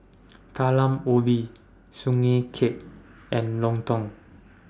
Talam Ubi Sugee Cake and Lontong